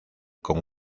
con